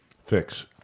fix